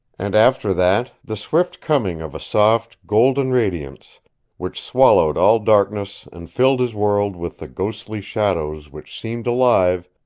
and after that the swift coming of a soft, golden radiance which swallowed all darkness and filled his world with the ghostly shadows which seemed alive,